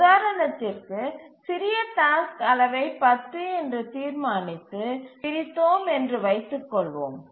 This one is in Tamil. உதாரணத்திற்கு சிறிய டாஸ்க் அளவை 10 என்று தீர்மானித்து பிரித்தோம் என்று வைத்துக் கொள்வோம்